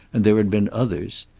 and there had been others.